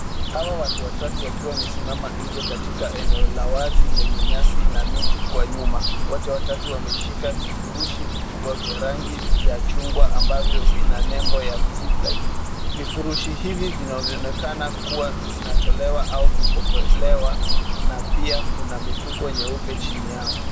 Hawa watu watatu wakiwa wamesimama nje katika eneo la wazi lenye nyasi na miti kwa nyuma. Watu watatu wameshika vifurushi vikubwa vya rangi za chungwa ambavyo vina nembo ya zipline .Vifurushi hivi vinaonekana kuwa zinatolewa au kupokolewa na pia kuna mifuko nyeupe chini yao.